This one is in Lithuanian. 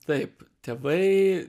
taip tėvai